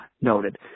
noted